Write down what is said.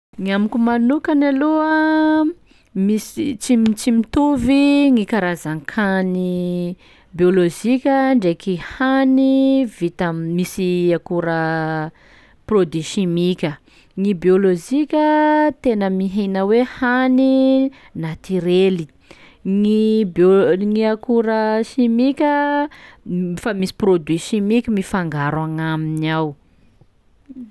Ny amiko manokany aloha misy tsy m- tsy mitovy gny karazan-kany biôlôjika ndraiky hany vita- misy akora- produit simika, ny biôlôjika tena mihina hoe hany natirely, ny biô- ny akora simika fa misy produit simiky mifangaro agn'aminy ao.